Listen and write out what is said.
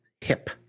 hip